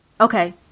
Okay